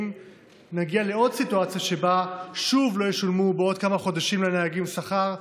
שנגיע לעוד סיטואציה שבה שוב לא ישלמו בעוד כמה חודשים לנהגים שכר,